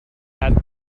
add